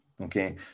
Okay